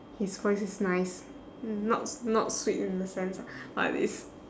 his voice is nice not not sweet in the sense lah but it's